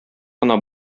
кына